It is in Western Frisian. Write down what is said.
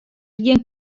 gjin